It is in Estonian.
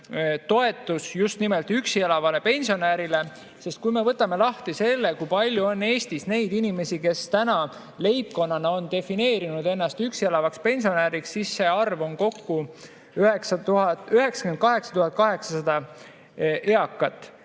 toetus just nimelt üksi elavale pensionärile. Kui me võtame lahti selle, kui palju on Eestis neid inimesi, kes täna leibkonnana on defineerinud ennast üksi elavaks pensionäriks, siis see arv on kokku 98 800 eakat.